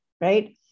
right